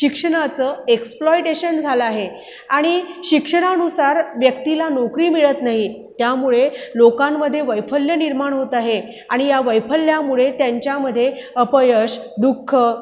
शिक्षणाचं एक्सप्लॉयटेशन झालं आहे आणि शिक्षणानुसार व्यक्तीला नोकरी मिळत नाही त्यामुळे लोकांमध्ये वैफल्य निर्माण होत आहे आणि ह्या वैफल्यामुळे त्यांच्यामध्ये अपयश दुःख